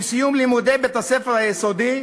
עם סיום לימודי בית-הספר היסודי,